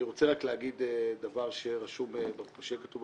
אני רוצה רק להגיד דבר שיהיה כתוב בפרוטוקול.